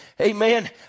amen